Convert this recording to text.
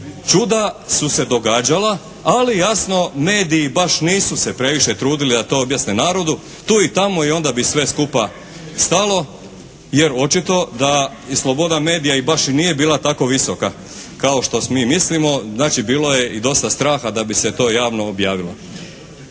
čuda su se događala, ali jasno mediji baš nisu se previše trudili da to objasne narodu tu i tamo i onda bi sve skupa stalo jer očito da sloboda medija baš i nije bila tako visoka kao što svi mislimo. Znači bilo je i dosta straha da bi se to javno objavilo.